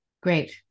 Great